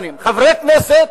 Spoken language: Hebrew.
חבר הכנסת